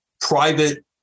private